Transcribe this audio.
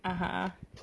(uh huh)